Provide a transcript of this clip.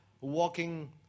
walking